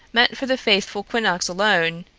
meant for the faithful quinnox alone,